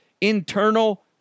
internal